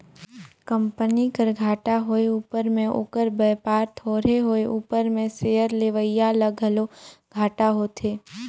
company कर घाटा होए उपर में ओकर बयपार थोरहें होए उपर में सेयर लेवईया ल घलो घाटा होथे